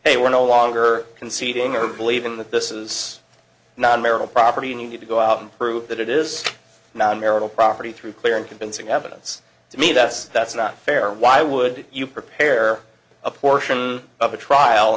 they were no longer conceding or believing that this is not marital property and you need to go out and prove that it is not marital property through clear and convincing evidence to me that's that's not fair why would you prepare a portion of a trial